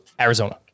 Arizona